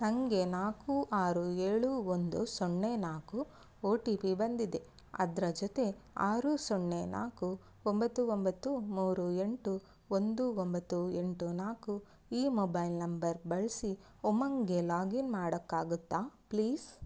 ನನಗೆ ನಾಲ್ಕು ಆರು ಏಳು ಒಂದು ಸೊನ್ನೆ ನಾಲ್ಕು ಓ ಟಿ ಪಿ ಬಂದಿದೆ ಅದರ ಜೊತೆ ಆರು ಸೊನ್ನೆ ನಾಲ್ಕು ಒಂಬತ್ತು ಒಂಬತ್ತು ಮೂರು ಎಂಟು ಒಂದು ಒಂಬತ್ತು ಎಂಟು ನಾಲ್ಕು ಈ ಮೊಬೈಲ್ ನಂಬರ್ ಬಳಸಿ ಉಮಂಗೆ ಲಾಗಿನ್ ಮಾಡೋಕ್ಕಾಗುತ್ತ ಪ್ಲೀಸ್